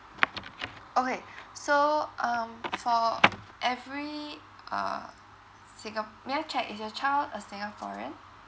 okay so um for every uh singa~ may I check is your child a singaporean